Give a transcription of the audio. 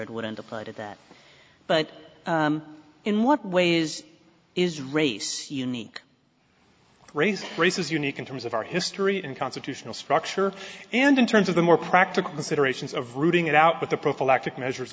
it wouldn't apply to that but in what way is is race unique ray's race is unique in terms of our history in constitutional structure and in terms of the more practical considerations of rooting it out but the prophylactic measures